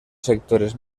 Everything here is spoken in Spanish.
sectores